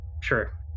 Sure